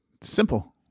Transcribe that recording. Simple